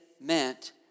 meant